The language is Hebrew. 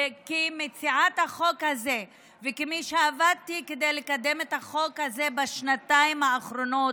כמציעת החוק הזה וכמי שעבדה כדי לקדם את החוק הזה בשנתיים האחרונות,